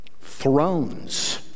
Thrones